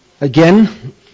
Again